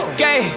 gay